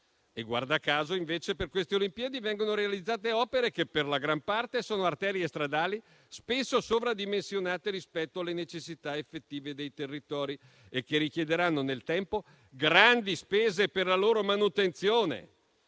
Guarda caso, invece, per queste Olimpiadi vengono realizzate opere che per la gran parte sono arterie stradali, spesso sovradimensionate rispetto alle necessità effettive dei territori, che richiederanno nel tempo grandi spese di manutenzione.